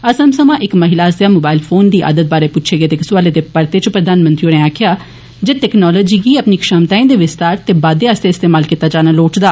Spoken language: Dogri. असाम समां इक महिला आस्सेआ मोबाइल फोन दी आदत बारै पुच्छे गेदे इक सवाले दे परते च प्रधानमंत्री होरें आक्खेआ जे टैक्नालोजी गी अपनी क्षमताएं दे विस्तार ते बाद्दे आस्तै इस्तेमाल कीता जाना लोड़चदा